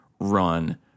run